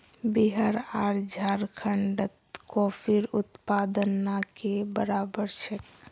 बिहार आर झारखंडत कॉफीर उत्पादन ना के बराबर छेक